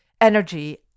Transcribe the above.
energy